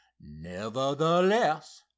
Nevertheless